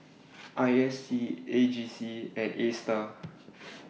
I S D E J C and A STAR